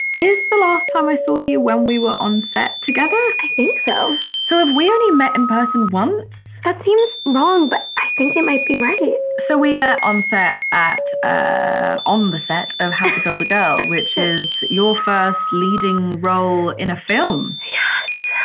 is the last time i saw you when we were on set together? i think so so have we only met in person once? that seems wrong, but i think it might be right so we met on set at, ah on the set of how to build a girl. which is your first leading role in a film yes.